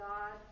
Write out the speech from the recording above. God